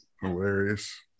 Hilarious